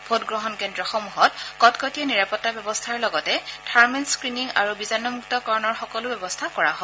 ভোটগ্ৰহণ কেন্দ্ৰসমূহত কটকটীয়া নিৰাপত্তা ব্যৱস্থাৰ লগতে থাৰ্মেল স্ক্ৰীণিং আৰু বীজাণুমুক্তকৰণৰ সকলো ব্যৱস্থা কৰা হয়